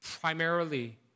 primarily